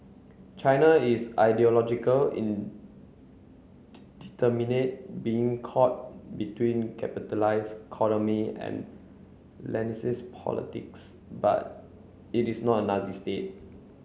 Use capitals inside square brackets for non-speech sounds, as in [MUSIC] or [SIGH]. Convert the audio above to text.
China is ideological [UNINTELLIGIBLE] being caught between capitalist [UNINTELLIGIBLE] and [UNINTELLIGIBLE] politics but it is not a Nazi state